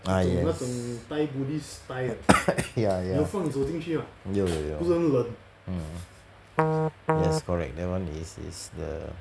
ah yes ya ya 有有有 mm yes correct that [one] is is the